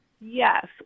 Yes